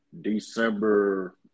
December –